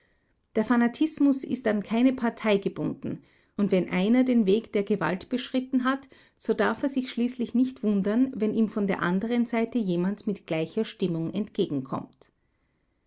der fanatismus ist an keine partei gebunden und wenn einer den weg der gewalt beschritten hat so darf er sich schließlich nicht wundern wenn ihm von der anderen seite jemand mit gleicher stimmung entgegenkommt